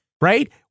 Right